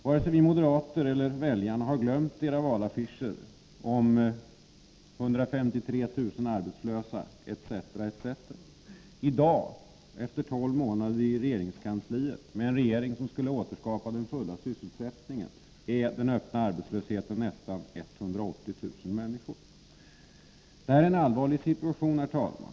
Varken vi moderater eller väljarna har glömt era valaffischer om 153 000 arbetslösa etc. I dag, efter tolv månader med en regering som skulle återskapa den fulla sysselsättningen, är nästan 180 000 människor öppet arbetslösa. Herr talman! Det här är en allvarlig situation.